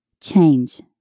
Change